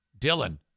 Dylan